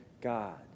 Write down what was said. God